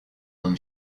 than